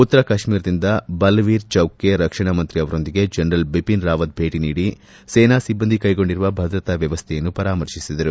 ಉತ್ತರ ಕಾಶ್ಮೀರದಿಂದ ಬಲ್ವೀರ್ ಚೌಕ್ಗೆ ರಕ್ಷಣಾ ಮಂತ್ರಿ ಅವರೊಂದಿಗೆ ಜನರಲ್ ಬಿಪಿನ್ ರಾವತ್ ಭೇಟಿ ನೀಡಿ ಸೇನಾ ಸಿಬ್ಬಂದಿ ಕೈಗೊಂಡಿರುವ ಭದ್ರತಾ ವ್ಯವಸ್ಠೆಯನ್ನು ಪರಾಮರ್ತಿಸಿದರು